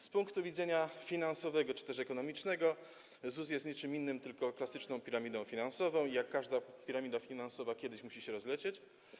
Z punktu widzenia finansowego czy też ekonomicznego ZUS jest niczym innym niż tylko klasyczną piramidą finansową i jak każda piramida finansowa kiedyś musi się rozlecieć.